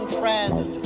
friend